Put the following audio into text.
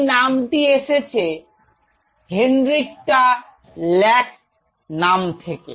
এই নামটি এসেছে henrietta lack নাম থেকে